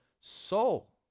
soul